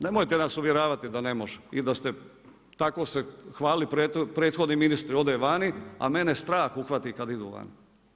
Nemojte nas uvjeravati da ne može, i da se, tako se hvalili prethodni ministri, ode vani, a mene strah uhvati kad idu vani.